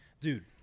Dude